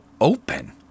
open